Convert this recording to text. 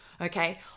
okay